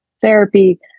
therapy